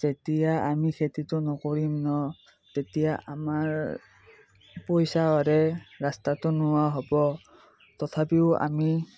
যেতিয়া আমি খেতিটো নকৰিম ন' তেতিয়া আমাৰ পইচাৰহে ৰাস্তাটো নোহোৱা হ'ব তথাপিও আমি